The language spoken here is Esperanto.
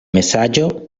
mesaĝo